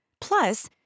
Plus